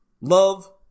love